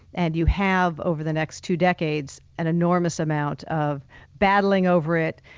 and you have, over the next two decades, an enormous amount of battling over it,